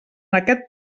aquest